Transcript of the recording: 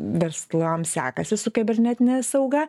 verslams sekasi su kibernetine sauga